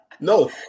No